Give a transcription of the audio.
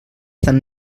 estan